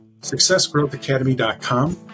SuccessGrowthAcademy.com